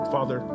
Father